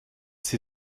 sie